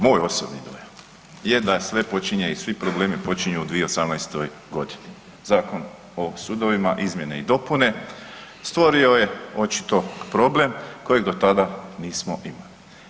Moj osobni dojam je da sve počinje i svi problemi počinju u 2018. godini, Zakon o sudovima izmjene i dopune stvorio je očito problem kojeg do tada nismo imali.